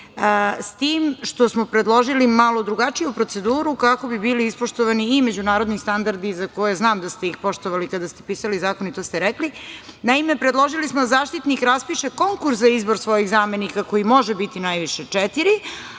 s tim što smo predložili malo drugačiju proceduru kako bi bili ispoštovani i međunarodni standardi za koje znam da ste ih poštovali kada ste pisali zakon i to ste rekli. Naime, predložili smo da Zaštitnik raspiše konkurs za izbor svojih zamenika, kojih može biti najviše četiri,